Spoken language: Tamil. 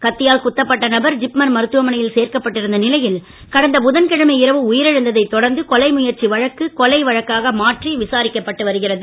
கத்தியால் குத்தப்பட்ட நபர் ஜிப்மர் மருத்துவமனையில் சேர்க்கப்பட்டிருந்த நிலையில் கடந்த புதன்கிழமை இரவு உயிர் இழந்ததைத் தொடர்ந்து கொலை முயற்சி வழக்கு கொலை வழக்காக மாற்றி விசாரிக்கப்பட்டு வருகிறது